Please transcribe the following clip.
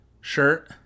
shirt